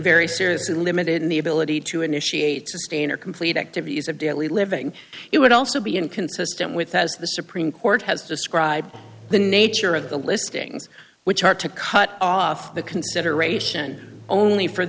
very seriously limited in the ability to initiate sustain or complete activities of daily living it would also be inconsistent with as the supreme court has described the nature of the listings which are to cut off the consideration only for